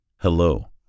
Hello